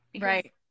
Right